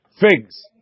figs